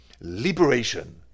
Liberation